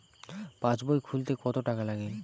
পাশবই খুলতে কতো টাকা লাগে?